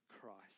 Christ